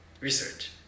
research